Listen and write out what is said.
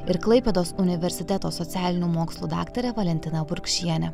ir klaipėdos universiteto socialinių mokslų daktare valentina burkšiene